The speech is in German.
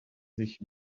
sich